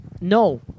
No